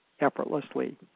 effortlessly